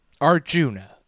Arjuna